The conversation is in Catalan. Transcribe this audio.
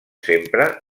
sempre